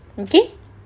okay